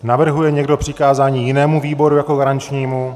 Navrhuje někdo přikázání jinému výboru jako garančnímu?